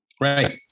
Right